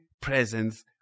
presence